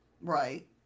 Right